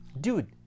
dude